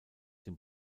dem